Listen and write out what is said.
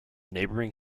neighboring